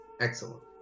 excellent